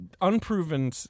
unproven